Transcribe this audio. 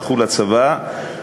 הלכו לצבא,